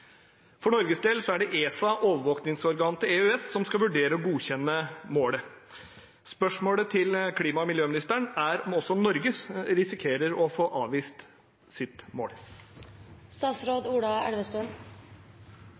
For Norges del er det ESA, overvåkningsorganet til EFTA, som skal vurdere og godkjenne målet. Spørsmålet til klima- og miljøministeren er om også Norge risikerer å få avvist sitt